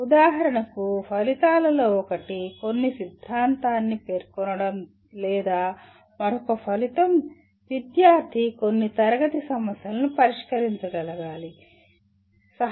ఉదాహరణకు ఫలితాలలో ఒకటి కొన్ని సిద్ధాంతాన్ని పేర్కొనడం లేదా మరొక ఫలితం విద్యార్థి కొన్ని తరగతి సమస్యలను పరిష్కరించగలగాలి అని